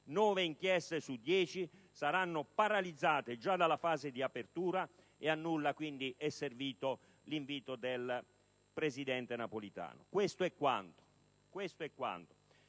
inchieste su dieci saranno paralizzate già dalla fase di apertura. A nulla, quindi, è servito l'invito del presidente Napolitano. Questo è quanto.